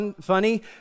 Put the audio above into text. funny